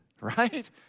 right